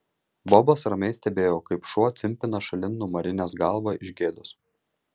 bobas ramiai stebėjo kaip šuo cimpina šalin nunarinęs galvą iš gėdos